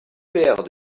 père